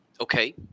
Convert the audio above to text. okay